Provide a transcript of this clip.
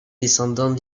descendants